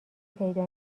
پیدا